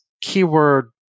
keyword